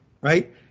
right